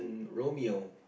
Romeo